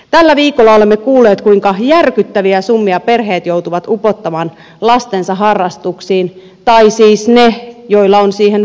tällä viikolla olemme kuulleet kuinka järkyttäviä summia perheet joutuvat upottamaan lastensa harrastuksiin tai siis ne joilla on siihen varaa